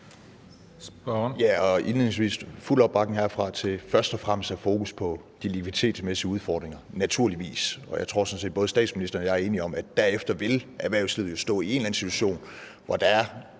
vil jeg give fuld opbakning til først og fremmest at have fokus på de likviditetsmæssige udfordringer, naturligvis. Jeg tror sådan set, at både statsministeren og jeg er enige om, at derefter vil erhvervslivet stå i en eller anden situation, hvor der i